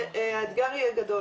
והאתגר יהיה גדול.